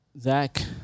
zach